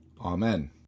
Amen